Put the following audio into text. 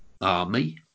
army